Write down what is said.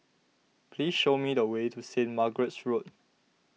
please show me the way to Saint Margaret's Road